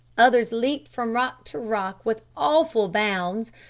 others leaped from rock to rock with awful bounds,